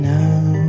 now